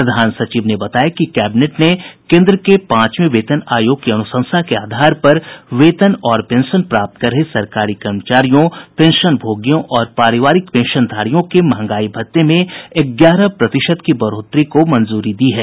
प्रधान सचिव ने बताया कि कैबिनेट ने केंद्र के पांचवें वेतन आयोग की अनुशंसा के आधार पर वेतन और पेंशन प्राप्त कर रहे सरकारी कर्मचारियों पेंशनभोगियों और पारिवारिक पेंशनधारियों के महंगाई भत्ते में ग्यारह प्रतिशत की बढ़ोतरी को भी मंजूरी दी है